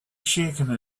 shaken